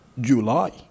July